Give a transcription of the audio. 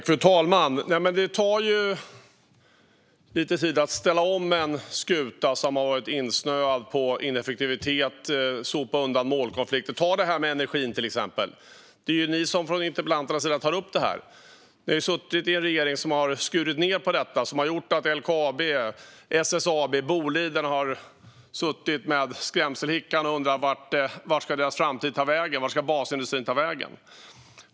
Fru talman! Det tar ju lite tid att ställa om en skuta som varit insnöad på ineffektivitet och att sopa undan målkonflikter. Ta det här med energin, till exempel, som ni från interpellanternas sida tar upp. Ni har stått bakom en regering som skurit ned på detta, som gjort att LKAB, SSAB och Boliden har suttit med skrämselhicka och undrat vart deras framtid ska ta vägen, vart basindustrin ska ta vägen.